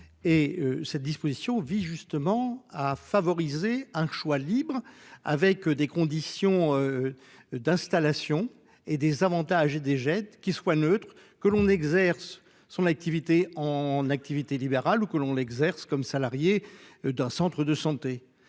cette disposition vise justement à favoriser un choix libre avec des conditions. D'installation et des avantages et des jets qui soit neutre que l'on exerce son activité en activité libérale ou que l'on l'exerce comme salariés d'un centre de santé